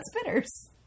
spinners